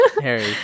Harry